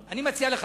אני מציע לך,